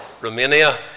Romania